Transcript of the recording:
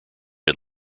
had